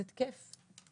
זה כיף.